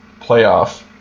playoff